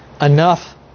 enough